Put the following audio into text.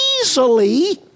easily